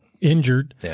injured